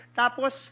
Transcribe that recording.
tapos